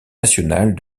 nationale